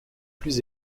plus